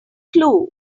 clue